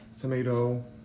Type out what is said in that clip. tomato